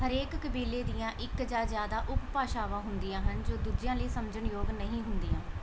ਹਰੇਕ ਕਬੀਲੇ ਦੀਆਂ ਇੱਕ ਜਾਂ ਜ਼ਿਆਦਾ ਉਪ ਭਾਸ਼ਾਵਾਂ ਹੁੰਦੀਆਂ ਹਨ ਜੋ ਦੂਜਿਆਂ ਲਈ ਸਮਝਣਯੋਗ ਨਹੀਂ ਹੁੰਦੀਆਂ